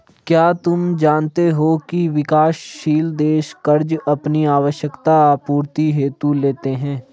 क्या तुम जानते हो की विकासशील देश कर्ज़ अपनी आवश्यकता आपूर्ति हेतु लेते हैं?